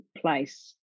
place